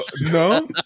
No